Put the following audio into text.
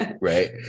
right